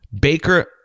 Baker